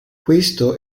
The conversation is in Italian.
questo